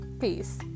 Peace